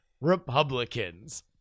republicans